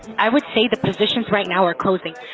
i would say the positions right now are closing,